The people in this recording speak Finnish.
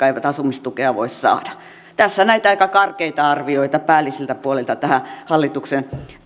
eivät asumistukea voi saada tässä näitä aika karkeita arvioita päällisiltä puolilta hallituksen